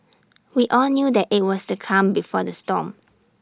we all knew that IT was the calm before the storm